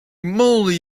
moly